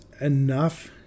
enough